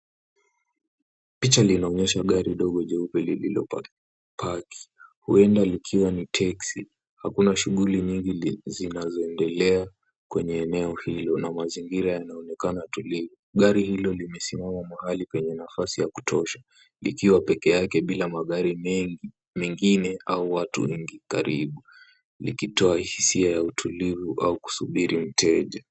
Picha linaonyesha gari dogo jeupe lililopaki huenda likiwa ni teksi. Hakuna shughuli mingi zinazoendelea kwenye eneo hilo na mazingira yanaonekana tulivu. Gari hilo limesimama mahali penye nafasi ya kutosha likiwa peke yake bila magari mengi mengine au watu wengi karibu likitoa hisia ya utulivu au kusubiri mteja.